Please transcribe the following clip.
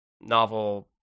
novel